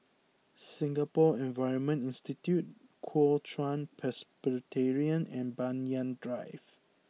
Singapore Environment Institute Kuo Chuan Presbyterian and Banyan Drive